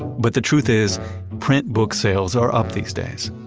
but the truth is print book sales are up these days.